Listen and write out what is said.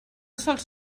sols